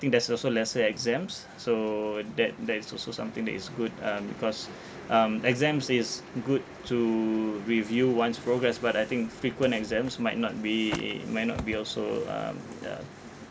think there's also lesser exams so that that is also something that is good um because um exams is good to review one's progress but I think frequent exams might not be might not be also um ya